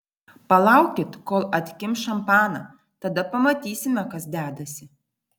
palaukit kol atkimš šampaną tada pamatysime kas dedasi